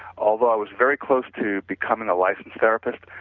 although i was very close to become an licensed therapist,